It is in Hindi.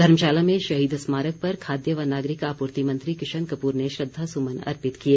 धर्मशाला में शहीद स्मारक पर खाद्य व नागरिक आपूर्ति मंत्री किशन कपूर ने श्रद्वासुमन अर्पित किए